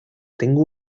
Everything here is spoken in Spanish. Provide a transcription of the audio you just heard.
tengo